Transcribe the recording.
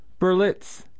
Berlitz